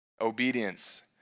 obedience